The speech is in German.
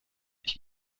ich